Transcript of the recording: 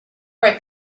right